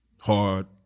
hard